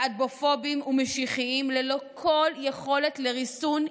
להט"בופוביים ומשיחיים ללא כל יכולת לריסון,